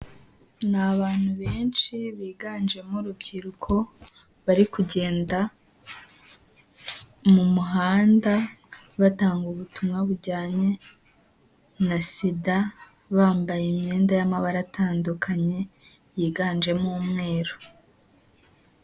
Ni abantu benshi biganjemo urubyiruko, bari kugenda mu muhanda batanga ubutumwa bujyanye na Sida, bambaye imyenda y'amabara atandukanye yiganjemo umweru.